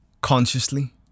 consciously